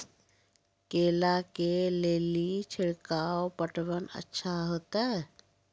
केला के ले ली छिड़काव पटवन अच्छा होते?